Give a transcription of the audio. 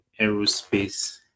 aerospace